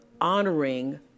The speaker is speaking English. honoring